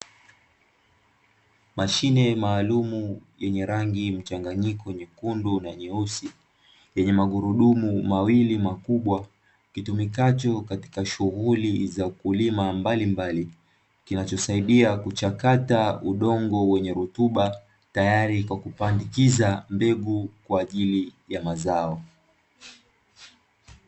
Mashine maalumu yenye rangi mchanganyiko, nyekundu na nyeusi, yenye magurudumu mawili makubwa, kitumikacho katika shughuli za kulima mbalimbali, kinachosaidia kuchakata udongo wenye rutuba, tayari kupandikiza mbegu kwa ajili ya mazao.